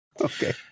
Okay